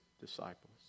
disciples